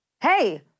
hey